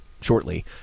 shortly